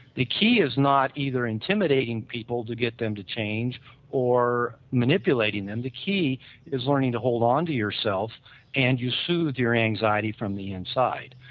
the key is not either intimidating people to get them to change or manipulating them. the key is only to hold on to yourself and you suit your anxiety from the inside.